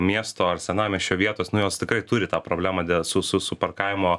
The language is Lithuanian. miesto ar senamiesčio vietos nu jos tikrai turi tą problemą dėl su su su parkavimo